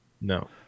No